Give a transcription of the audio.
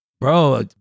Bro